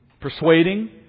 persuading